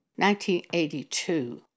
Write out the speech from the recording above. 1982